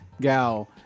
gal